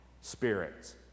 spirits